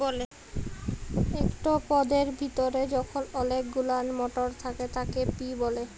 একট পদের ভিতরে যখল অলেক গুলান মটর থ্যাকে তাকে পি ব্যলে